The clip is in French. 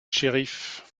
shériff